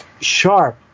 sharp